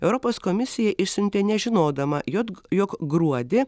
europos komisija išsiuntė nežinodama jod jog gruodį